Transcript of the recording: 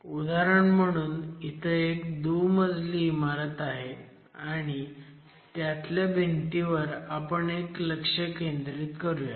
उदाहरण म्हणून इथे एक दुमजली इमारत आहे आणि त्यातल्या भिंतीवर आपण लक्ष केंद्रित करूयात